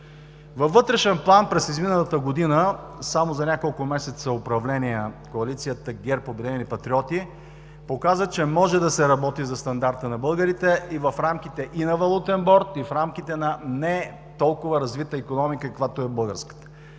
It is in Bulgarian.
Във вътрешен план през изминалата година, само за няколко месеца управление, коалицията ГЕРБ – „Обединени патриоти“ показа, че може да се работи за стандарта на българите и в рамките на валутен борд, и в рамките на нетолкова развита икономика, каквато е българската.